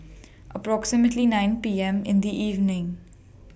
approximately nine P M in The evening